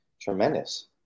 tremendous